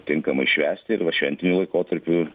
tinkamai švęsti ir va šventiniu laikotarpiu